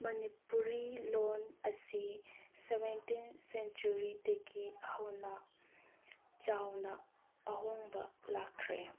ꯃꯅꯤꯄꯨꯔꯤ ꯂꯣꯟ ꯑꯁꯤ ꯁꯕꯦꯟꯇꯤꯟ ꯁꯦꯟꯆꯨꯔꯤꯗꯒꯤ ꯍꯧꯅ ꯆꯥꯎꯅ ꯑꯍꯣꯡꯕ ꯂꯥꯛꯈ꯭ꯔꯦ